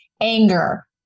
anger